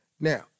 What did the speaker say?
Now